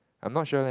I'm not sure leh